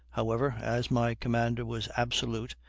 however, as my commander was absolute,